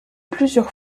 plusieurs